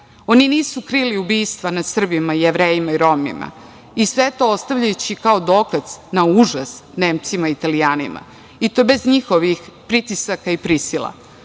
nisu krili ubistva nad Srbima, Jevrejima i Romima i sve to ostavljajući kao dokaz na užas Nemcima, Italijanima i to bez njihovih pritisaka i prisila.